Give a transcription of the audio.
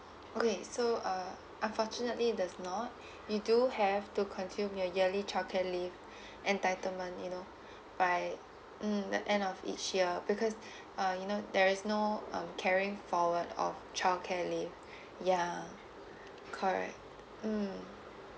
okay so uh unfortunately does not you do have to consume your yearly childcare leave entitlement you know by mm the end of each year because uh you know there is no um carrying forward of childcare leave yeah correct mm